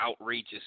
outrageous